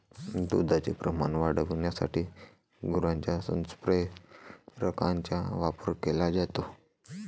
दुधाचे प्रमाण वाढविण्यासाठी गुरांच्या संप्रेरकांचा वापर केला जातो